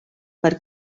per